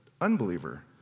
unbeliever